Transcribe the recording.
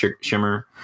Shimmer